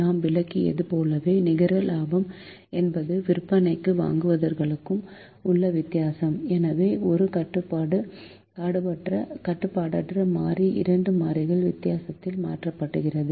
நான் விளக்கியது போலவே நிகர லாபம் என்பது விற்பனைக்கும் வாங்குதலுக்கும் உள்ள வித்தியாசம் எனவே ஒரு கட்டுப்பாடற்ற மாறி இரண்டு மாறிகள் வித்தியாசத்தால் மாற்றப்படுகிறது